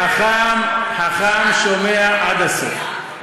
חכם שומע עד הסוף.